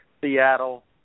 Seattle